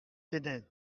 keinec